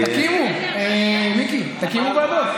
אין ועדות.